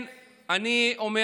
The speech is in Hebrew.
אז אני בחצי שנייה מסיים, משפט אחרון.